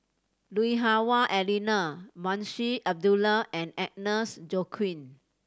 Lui Hah Wah Elena Munshi Abdullah and Agnes Joaquim